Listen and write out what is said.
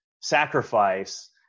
sacrifice